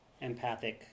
empathic